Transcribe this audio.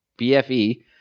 BFE